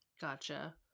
Gotcha